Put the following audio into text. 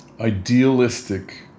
Idealistic